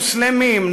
מוסלמים,